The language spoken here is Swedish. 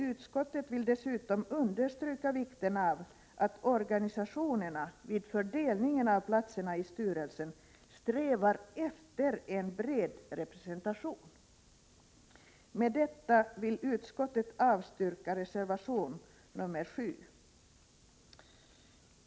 Utskottet vill dessutom understryka vikten av att organisationerna vid fördelningen av platserna i styrelsen strävar efter en bred representation. Med detta vill utskottet avstyrka reservation 7.